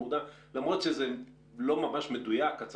למרות שזה לא ממש מדויק כי הצרכן,